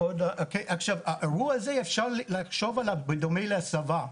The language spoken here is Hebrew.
אפשר לחשוב על האירוע הזה בדומה לצבא.